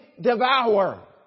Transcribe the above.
devour